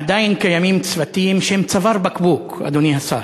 עדיין קיימים צמתים שהם צוואר בקבוק, אדוני השר.